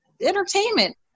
entertainment